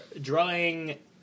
drawing